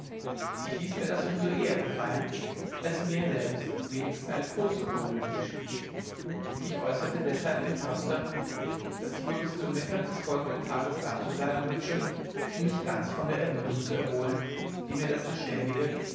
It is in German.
ich ließ mir das um so eher gefallen als mir selbst wenigstens eine kurze ruhe nötig schien ich äußerte deshalb dem förster daß ich wohl bis zum mittag des folgenden tages dazubleiben wünsche um mich ganz von der ermüdung zu erholen die mir das beständige